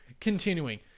continuing